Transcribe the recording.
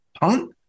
punt